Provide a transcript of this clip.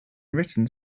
written